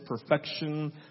perfection